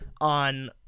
on